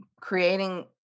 creating